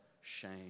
shame